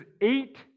eight